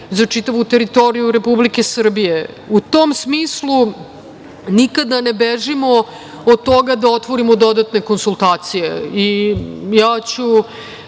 za čitavu teritoriju Republike Srbije.U tom smislu nikada ne bežimo od toga da otvorimo dodatne konsultacije